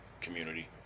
community